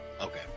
Okay